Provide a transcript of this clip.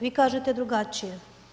Vi kažete drugačije.